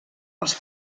els